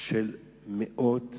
של עשרות ומאות